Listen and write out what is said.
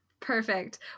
Perfect